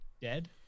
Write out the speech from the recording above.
dead